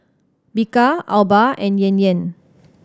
Bika Alba and Yan Yan